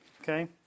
Okay